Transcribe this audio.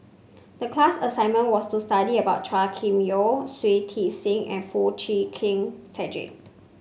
the class assignment was to study about Chua Kim Yeow Shui Tit Sing and Foo Chee Keng Cedric